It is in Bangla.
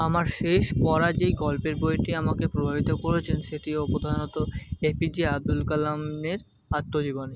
আমার শেষ পড়া যেই গল্পের বইটি আমাকে প্রভাবিত করেছেন সেটিও প্রধানত এপিজে আবদুল কালামের আত্মজীবনী